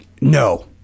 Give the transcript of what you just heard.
No